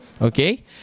Okay